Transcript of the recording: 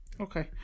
Okay